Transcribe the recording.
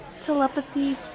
telepathy